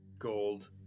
Gold